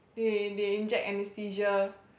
they they inject anaesthesia